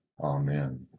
Amen